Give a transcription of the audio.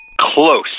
Close